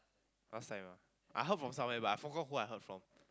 last time ah I heard from somewhere but I forgot who I heard from